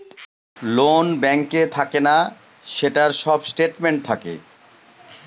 loan ব্যাঙ্কে থাকে না, সেটার সব স্টেটমেন্ট থাকে